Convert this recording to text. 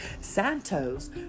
Santos